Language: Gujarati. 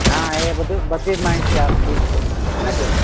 હા એ બધું બધી જ માહિતી આપશે હાં કે